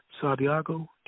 Santiago